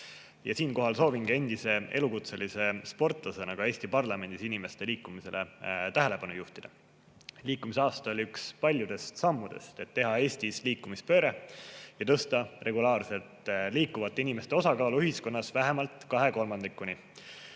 Siinkohal soovingi endise elukutselise sportlasena ka Eesti parlamendis inimeste liikumisele tähelepanu juhtida. Liikumisaasta oli üks paljudest sammudest, et teha Eestis liikumispööre ja tõsta regulaarselt liikuvate inimeste osakaalu ühiskonnas vähemalt kahe